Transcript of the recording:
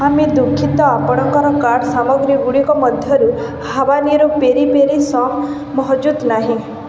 ଆମେ ଦୁଃଖିତ ଆପଣଙ୍କର କାର୍ଟ୍ ସାମଗ୍ରୀଗୁଡ଼ିକ ମଧ୍ୟରୁ ହାବାନିରୋ ପେରି ପେରି ସକ୍ ମହଜୁଦ ନାହିଁ